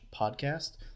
podcast